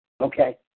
Okay